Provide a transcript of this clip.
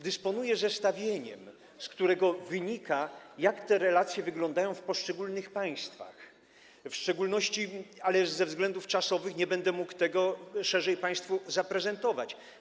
Dysponuję zestawieniem, z którego wynika, jak te relacje wyglądają w poszczególnych państwach, ale ze względów czasowych nie będę mógł tego szerzej państwu zaprezentować.